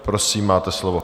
Prosím, máte slovo.